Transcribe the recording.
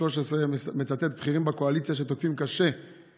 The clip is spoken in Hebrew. כי פשוט אי-אפשר לשטוף כל כך הרבה כלים.